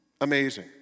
Amazing